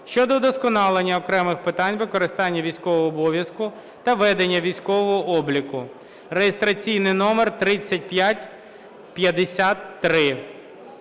щодо удосконалення окремих питань виконання військового обов'язку та ведення військового обліку (реєстраційний номер 3553).